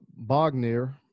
Bogner